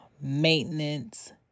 maintenance